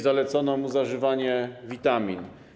Zalecono mu zażywanie witamin.